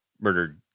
murdered